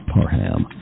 Parham